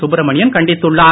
சுப்ரமணியன் கண்டித்துள்ளார்